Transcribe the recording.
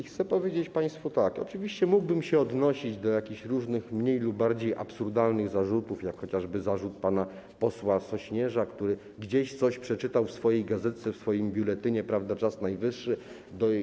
chcę powiedzieć państwu tak: Oczywiście mógłbym się odnosić do jakichś różnych mniej lub bardziej absurdalnych zarzutów, jak choćby zarzut pana posła Sośnierza, który gdzieś coś przeczytał w swojej gazetce, w swoim biuletynie „Najwyższy Czas”